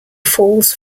falls